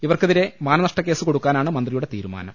ഇവർക്കെതിരെ മാനനഷ്ട ക്കേസ് കൊടുക്കാനാണ് മന്ത്രിയുടെ തീരുമാനം